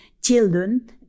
children